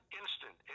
instant